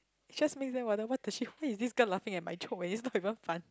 just make them wonder what the shit why is this girl laughing at my joke when it's not even fun